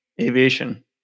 aviation